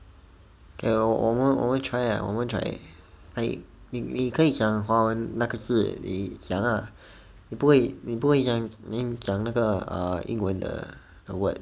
okay 我们我们 try ah 我们 try like 你可以讲华文那个字你讲啦你不会你不会讲 then 你讲那个额英文的的 word